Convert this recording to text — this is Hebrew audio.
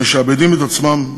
משעבדים את עצמם,